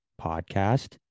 Podcast